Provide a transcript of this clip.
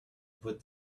put